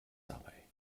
dabei